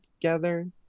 together